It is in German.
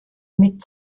mit